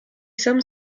some